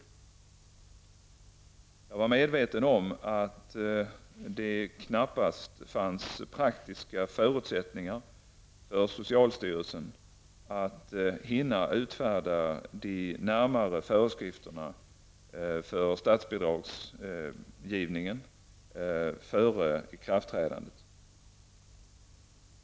Jag var medveten om att det knappast fanns praktiska förutsättningar för socialstyrelsen att hinna utfärda de närmare föreskrifterna för statsbidragsgivningen före ikraftträdandet.